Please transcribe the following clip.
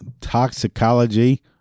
Toxicology